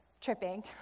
tripping